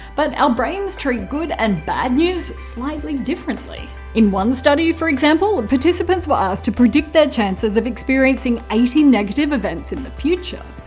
but our brains treat good and bad news slightly differently. in one study for example, participants were asked to predict their chances of experiencing eighty negative events in the future.